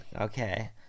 okay